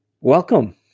welcome